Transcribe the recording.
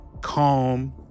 calm